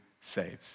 saves